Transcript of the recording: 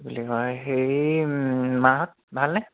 কি বুলি কয় হেৰি মাঁহত ভালনে